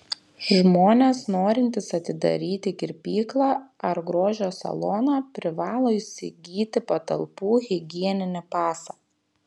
žmonės norintys atidaryti kirpyklą ar grožio saloną privalo įsigyti patalpų higieninį pasą